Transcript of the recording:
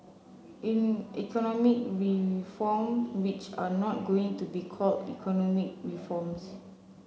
economic reform which are not going to be called economic reforms